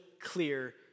clear